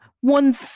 one